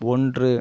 ஒன்று